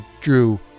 drew